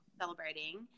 celebrating